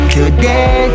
Today